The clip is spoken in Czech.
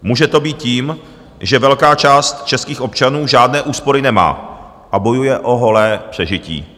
Může to být tím, že velká část českých občanů žádné úspory nemá a bojuje o holé přežití.